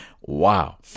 wow